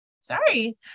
sorry